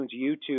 YouTube